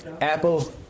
Apple